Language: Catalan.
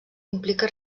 implica